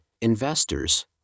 investors